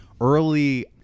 early